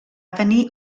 tenir